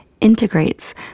integrates